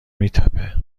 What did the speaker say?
میتپه